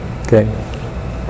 Okay